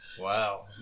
Wow